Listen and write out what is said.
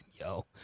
yo